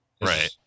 Right